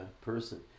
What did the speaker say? person